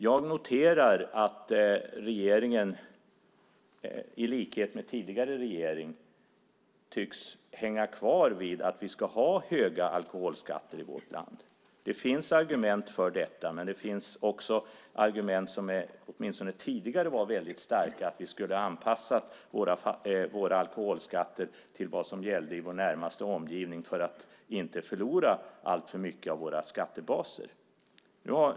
Jag noterar att regeringen, i likhet med tidigare regering, tycks hänga kvar vid att vi ska ha höga alkoholskatter i vårt land. Det finns argument för detta. Men det fanns åtminstone tidigare väldigt starka argument för att vi skulle anpassa våra alkoholskatter till vad som gällde i vår närmaste omgivning för att inte förlora alltför mycket av våra skattebaser.